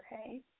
Okay